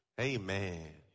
Amen